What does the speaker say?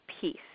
peace